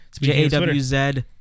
J-A-W-Z